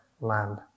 land